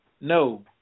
No